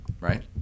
right